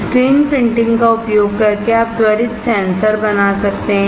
screen printing का उपयोग करके आप त्वरित सेंसर बना सकते हैं